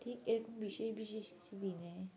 ঠিক এর বিশেষ বিশেষ দিনে